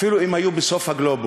אפילו אם היו בסוף הגלובוס.